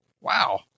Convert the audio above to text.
Wow